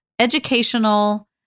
educational